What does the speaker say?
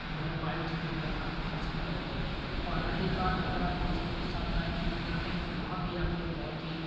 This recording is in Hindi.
जो है बाइक ट्रिपिंग करना पसंद करते हैं और रही बात अगर आप दोस्तों के साथ बाइक ट्रिपिंग करते हैं तो वहाँ भी आपको बहुत ही